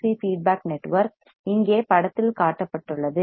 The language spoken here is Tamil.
சி ஃபீட்பேக் நெட்வொர்க் இங்கே படத்தில் காட்டப்பட்டுள்ளது